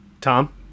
Tom